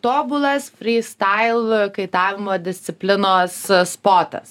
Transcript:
tobulas frystail kaitavimo disciplinos spotas